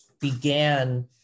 began